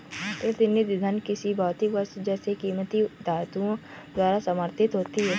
प्रतिनिधि धन किसी भौतिक वस्तु जैसे कीमती धातुओं द्वारा समर्थित होती है